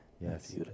Yes